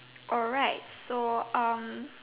alright so um